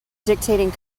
dictating